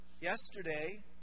Yesterday